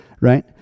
right